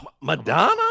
Madonna